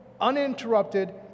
uninterrupted